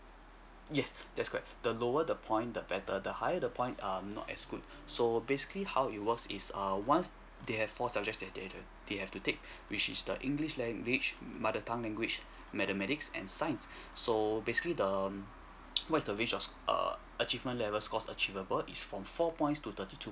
yes that's correct the lower the point the better the high the point um not as good so basically how it works is err once they have four subject that they they the they have to take which is the english language mother tongue language mathematics and science so basically the what is the range of err achievement levels course achievable is from four points to thirty two